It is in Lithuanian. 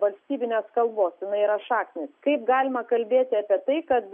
valstybinės kalbos jinai yra šaknys kaip galima kalbėti apie tai kad